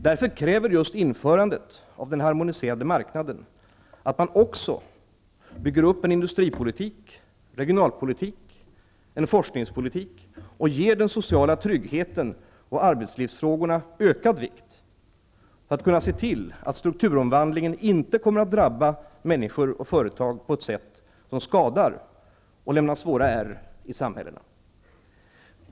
Därför kräver just införandet av den harmoniserade marknaden att man också bygger upp en industripolitik, regionalpolitik och forskningspolitik och ger den sociala tryggheten och arbetslivsfrågorna ökad vikt, för att kunna se till att strukturomvandlingen inte kommer att drabba människor och företag på ett sätt som skadar och lämnar svåra ärr i samhällena.